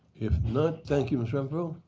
if not, thank you, ms renfro.